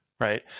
right